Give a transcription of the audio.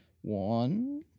one